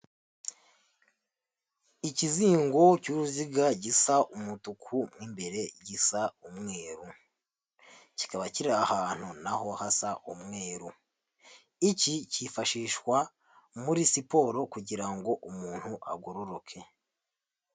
Ikizingo cy'uruziga gisa umutuku mo imbere gisa umweru, kikaba kiri ahantu naho hasa umweru, iki cyifashishwa muri siporo kugira ngo umuntu agororoke.